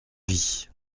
vie